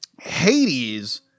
Hades